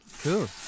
Cool